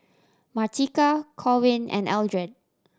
Martika Corwin and Eldred